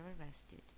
arrested